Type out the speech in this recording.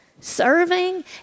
serving